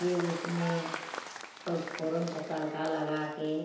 फिर उसमें पचफोरन का तड़का लगा कर